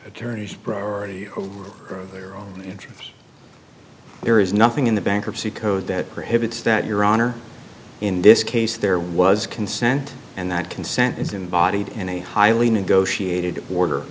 attorneys priority over their own interest there is nothing in the bankruptcy code that prohibits that your honor in this case there was consent and that consent is embodied in a highly negotiated order